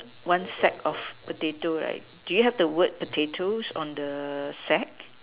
one sack of potatoes right do you have the word potatoes on the sack